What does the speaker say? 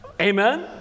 Amen